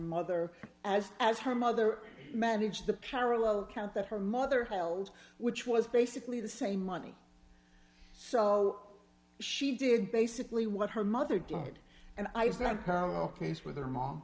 mother as as her mother managed the parallel count that her mother held which was basically the same money so she did basically what her mother died and i was like